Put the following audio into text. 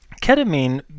ketamine